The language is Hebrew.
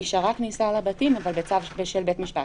נשארה כניסה לבתים, אבל עם צו בית משפט.